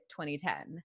2010